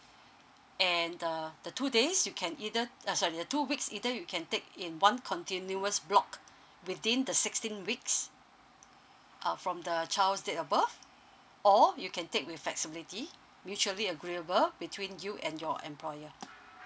and uh the two days you can either uh sorry sorry two weeks either you can take in one continuous block within the sixteen weeks uh from the child's date of birth or you can take with flexibility mutually agreeable between you and your employer